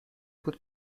بود